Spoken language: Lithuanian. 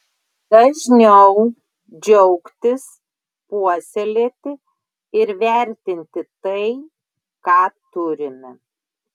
dažniau džiaugtis puoselėti ir vertinti tai ką turime